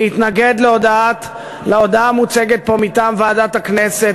להתנגד להודעה המוצגת פה מטעם ועדת הכנסת.